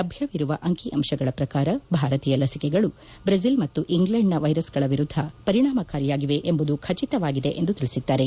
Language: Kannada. ಲಭ್ಯವಿರುವ ಅಂಕಿ ಅಂಶಗಳ ಪ್ರಕಾರ ಭಾರತೀಯ ಲಸಿಕೆಗಳು ಬ್ರೆಜಿಲ್ ಮತ್ತು ಇಂಗ್ಲೆಂಡ್ನ ವೈರಸ್ಗಳ ವಿರುದ್ಧ ಪರಿಣಾಮಕಾರಿಯಾಗಿವೆ ಎಂಬುದು ಖಚಿತವಾಗಿದೆ ಎಂದು ತಿಳಿಸಿದ್ದಾರೆ